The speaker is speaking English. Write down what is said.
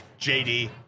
jd